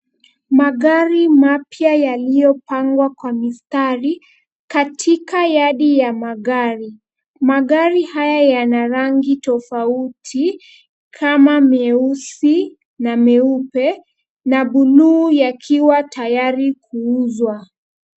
Magari mapya yaliyopangwa kwa mistari katika yadi ya magari. Magari haya yana rangi tofauti kama meusi na meupe na buluu yakiwa tayari kuuzwa.